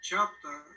chapter